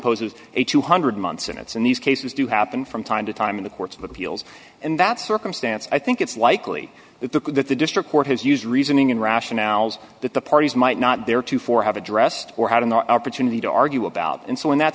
imposes a two hundred months in it's in these cases do happen from time to time in the courts of appeals and that's circumstance i think it's likely that the that the district court has used reasoning in rationales that the parties might not there to four have addressed or had an opportunity to argue about and so in that